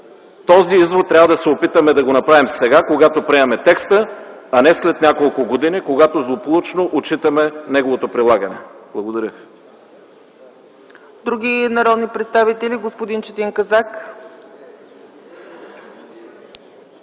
Този извод трябва да се опитаме да го направим сега, когато приемаме текста, а не след няколко години, когато злополучно ще отчитаме неговото прилагане. Благодаря. ПРЕДСЕДАТЕЛ ЦЕЦКА ЦАЧЕВА: Други народни представители? Господин Четин Казак.